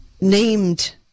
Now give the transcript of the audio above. named